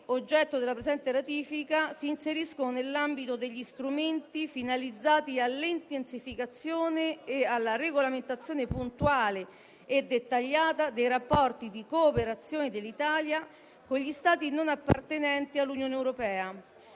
oggetto della presente ratifica si inseriscono nell'ambito degli strumenti finalizzati all'intensificazione e alla regolamentazione puntuale e dettagliata dei rapporti di cooperazione dell'Italia con gli Stati non appartenenti all'Unione europea,